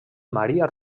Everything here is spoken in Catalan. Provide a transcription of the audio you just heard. maria